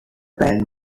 band